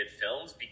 films